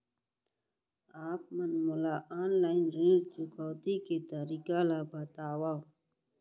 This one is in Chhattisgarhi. आप मन मोला ऑनलाइन ऋण चुकौती के तरीका ल बतावव?